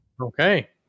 Okay